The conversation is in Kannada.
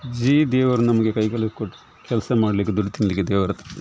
ಜೀ ದೇವರು ನಮಗೆ ಕೈ ಕಾಲು ಕೊಟ್ಟು ಕೆಲಸ ಮಾಡಲಿಕ್ಕೆ ದುಡಿದು ತಿನ್ನಲಿಕ್ಕೆ ದೇವರ ಹತ್ರ